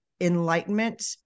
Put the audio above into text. enlightenment